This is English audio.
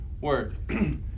word